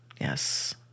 Yes